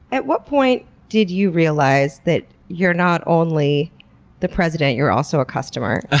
at what point did you realize that you're not only the president, you're also a customer? ah